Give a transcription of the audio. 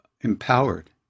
empowered